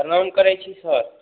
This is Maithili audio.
प्रणाम करैत छी सर